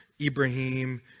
Ibrahim